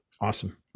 awesome